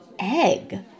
egg